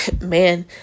man